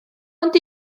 ond